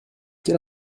quel